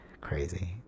Crazy